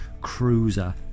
cruiser